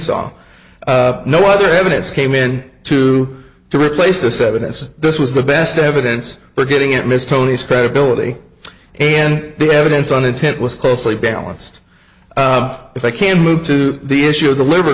saw no other evidence came in to to replace the seven as this was the best evidence but getting it missed tony's credibility in the evidence on intent was closely balanced if i can move to the issue of the liber